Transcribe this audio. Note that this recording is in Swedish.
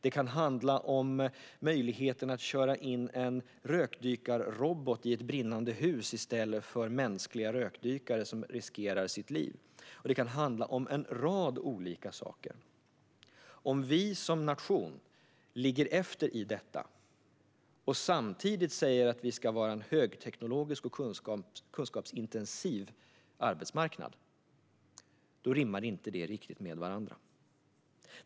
Det kan handla om möjligheterna att köra in en rökdykarrobot i ett brinnande hus i stället för mänskliga rökdykare som riskerar sina liv. Och det kan handla om en rad olika saker. Om vi som nation ligger efter i detta och samtidigt säger att vi ska ha en högteknologisk och kunskapsintensiv arbetsmarknad, då rimmar det inte riktigt med varandra.